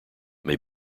may